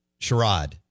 Sherrod